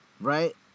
right